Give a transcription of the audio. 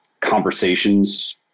conversations